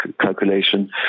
calculation